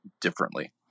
differently